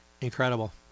incredible